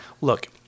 Look